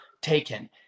taken